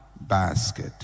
basket